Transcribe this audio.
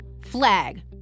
flag